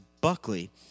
Buckley